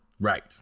Right